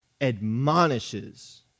admonishes